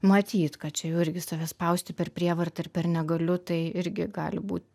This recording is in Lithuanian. matyt kad čia jau irgi save spausti per prievartą ir per negaliu tai irgi gali būt